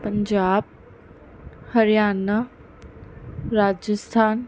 Punjab Haryana Rajasthan